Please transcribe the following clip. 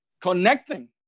connecting